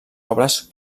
obres